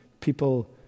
people